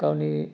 गावनि